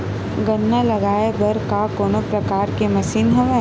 गन्ना लगाये बर का कोनो प्रकार के मशीन हवय?